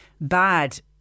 bad